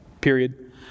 period